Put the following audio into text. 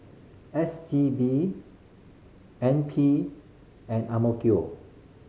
S T B N P and Ang Mo Kio